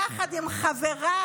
יחד עם חבריו